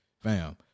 fam